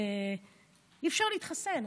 אי-אפשר להתחסן,